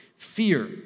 Fear